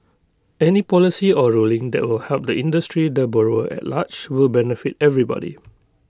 any policy or ruling that will help the industry the borrower at large will benefit everybody